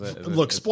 Look